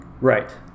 Right